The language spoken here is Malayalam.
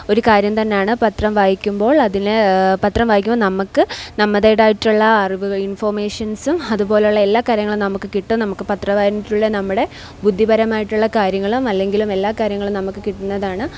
ഒരു കാര്യം തന്നാണ് പത്രം വായിക്കുമ്പോൾ അതിൽ പത്രം വായിക്കുമ്പോൾ നമുക്ക് നമ്മുടെതായിട്ടുള്ള അറിവുകൾ ഇൻഫോർമേഷൻസും അത്പോലുള്ള എല്ലാ കാര്യങ്ങളും നമുക്ക് കിട്ടും നമുക്ക് പത്രമായിട്ടുള്ള നമ്മുടെ ബുദ്ധിപരമായിട്ടുള്ള കാര്യങ്ങളും അല്ലെങ്കിലും എല്ലാ കാര്യങ്ങളും നമുക്ക് കിട്ടുന്നതാണ്